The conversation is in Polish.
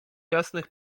jasnych